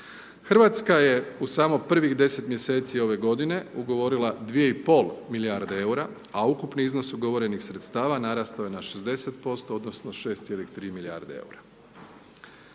Hrvatska je u samo prvih 10 mjeseci ove godine ugovorila 2,5 milijarde eura a ukupni iznos ugovorenih sredstava narastao je na 60% odnosno 6,3 milijarde eura.